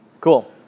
Cool